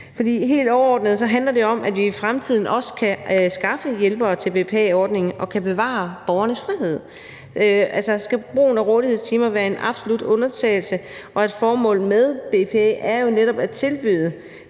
Helt overordnet handler det om, at vi i fremtiden også kan skaffe hjælpere til BPA-ordningen og kan bevare borgernes frihed, altså skal brugen af rådighedstimer være en absolut undtagelse. Formålet med BPA er jo at tilbyde